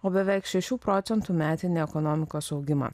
o beveik šešių procentų metinį ekonomikos augimą